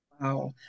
Wow